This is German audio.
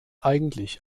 eigentlich